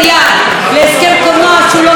לתקציב שהוא לא שוויוני,